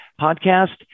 podcast